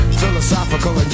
philosophical